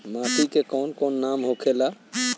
माटी के कौन कौन नाम होखे ला?